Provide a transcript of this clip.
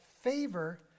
favor